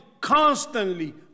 constantly